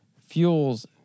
fuels